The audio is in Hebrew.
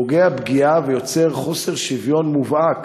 פוגע פגיעה ויוצר חוסר שוויון מובהק